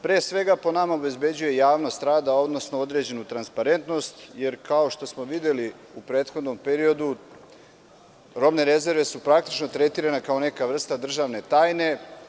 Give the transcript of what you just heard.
Pre svega, po nama obezbeđuje javnost rada, odnosno određenu transparentnost, jer kao što smo videli u prethodnom periodu, robne rezerve su praktično tretirane kao neka vrsta državne tajne.